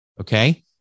Okay